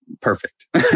perfect